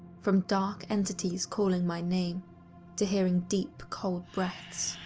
from dark entities calling my name to hearing deep, cold breaths